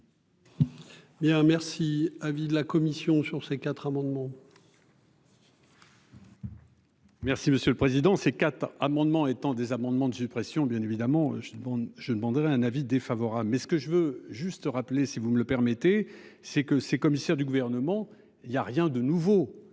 Merci. Avis de la commission sur ces quatre amendements.